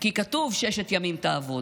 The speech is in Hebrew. כי כתוב "ששת ימים תעבד".